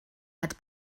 had